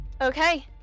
Okay